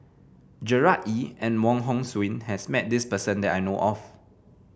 Gerard Ee and Wong Hong Suen has met this person that I know of